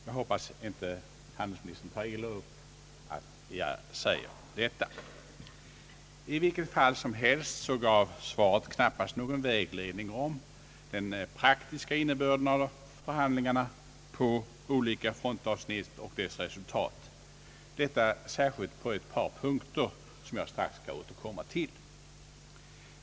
Jag hoppas att handelsministern inte tar illa upp att jag säger detta. I vilket fall som helst gav svaret knappast någon vägledning om den praktiska innebörden av förhandlingarna på olika frontavsnitt och deras resultat — detta särskilt på ett par punkter som jag strax skall beröra.